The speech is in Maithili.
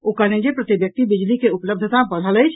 ओ कहलनि जे प्रति व्यक्ति बिजली के उपलब्धता बढ़ल अछि